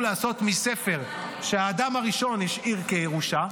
לעשות מספר שהאדם הראשון השאיר כירושה.